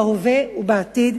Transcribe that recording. בהווה ובעתיד,